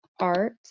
art